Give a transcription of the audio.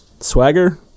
Swagger